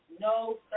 no